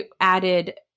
added